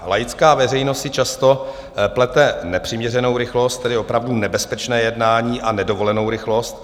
Laická veřejnost si často plete nepřiměřenou rychlost, tedy opravdu nebezpečné jednání, a nedovolenou rychlost.